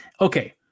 Okay